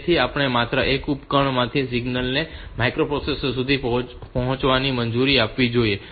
તેથી આપણે માત્ર એક ઉપકરણમાંથી સિગ્નલ ને માઇક્રોપ્રોસેસર સુધી પહોંચવાની મંજૂરી આપવી જોઈએ